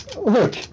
Look